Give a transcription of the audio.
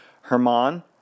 Herman